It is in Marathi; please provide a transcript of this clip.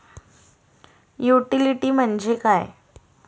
युटिलिटी म्हणजे काय?